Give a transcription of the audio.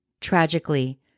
Tragically